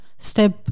step